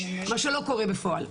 מה שלא קורה בפועל.